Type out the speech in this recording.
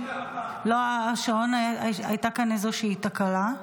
--- לא, השעון, הייתה כאן איזושהי תקלה.